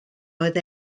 oedd